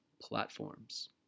platforms